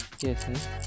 yes